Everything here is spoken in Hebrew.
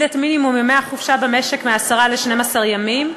את מינימום ימי החופשה במשק מעשרה ל-12 ימים.